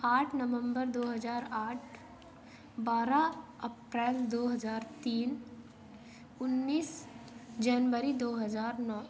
आठ नवम्बर दो हज़ार आठ बारह अप्रैल दो हज़ार तीन उन्नीस जनवरी दो हज़ार नौ